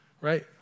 right